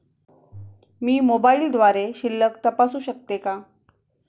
मी मोबाइलद्वारे शिल्लक तपासू शकते का?